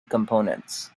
components